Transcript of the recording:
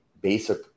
basic